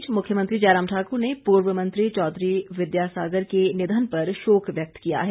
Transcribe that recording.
इस बीच मुख्यमंत्री जयराम ठाकुर ने पूर्व मंत्री चौधरी विद्या सागर के निधन पर शोक व्यक्त किया है